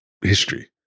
history